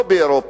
לא באירופה.